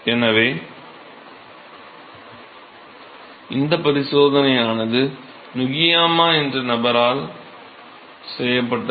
எனவே இந்த பரிசோதனையானது நுகியாமா என்ற நபரால் செய்யப்பட்டது